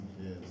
Yes